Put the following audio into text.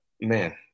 Man